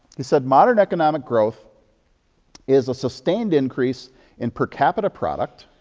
he said imodern economic growth is a sustained increase in per capita product,